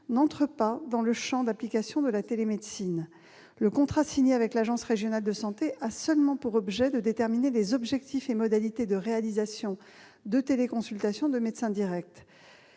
n'entre pas dans le champ d'application de la télémédecine. Le contrat signé avec l'Agence régionale de santé a seulement pour objet de déterminer les objectifs et les modalités de réalisation des téléconsultations de MédecinDirect.